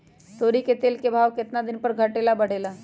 तोरी के तेल के भाव केतना दिन पर घटे ला बढ़े ला?